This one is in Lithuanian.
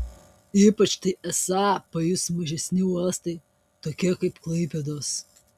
ypač tai esą pajus mažesni uostai tokie kaip klaipėdos